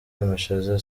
amashaza